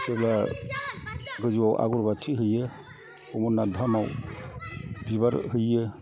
जेब्ला गोजौयाव आगर बाथि हैयो अमरनाथ धामयाव बिबार हैयो